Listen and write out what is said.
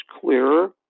clearer